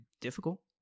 Difficult